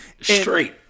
straight